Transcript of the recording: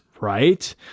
Right